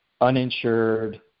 uninsured